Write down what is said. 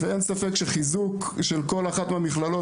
ואין ספק שחיזוק של כל אחת מהמכללות